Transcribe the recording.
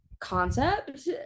concept